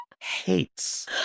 hates